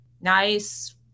nice